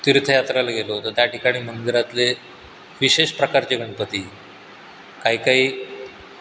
तीर्थयात्रेला गेलो तर त्या ठिकाणी मंदिरातले विशेष प्रकारचे गणपती काही काही